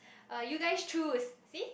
uh you guys choose see